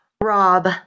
Rob